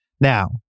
Now